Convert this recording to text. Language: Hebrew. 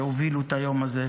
שהובילו את היום הזה.